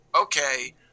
okay